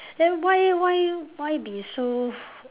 then why why why be so